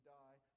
die